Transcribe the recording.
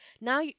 now